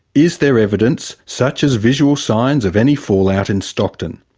is there evidence, such as visual signs, of any fallout in stockton?